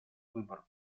выбор